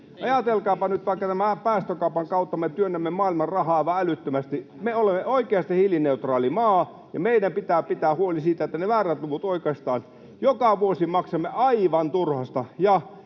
Ajatelkaapa nyt vaikka sitä, että päästökaupan kautta me työnnämme maailmaan rahaa aivan älyttömästi. Me olemme oikeasti hiilineutraali maa, ja meidän pitää pitää huoli siitä, että ne väärät luvut oikaistaan. Joka vuosi maksamme aivan turhasta,